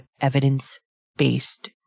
evidence-based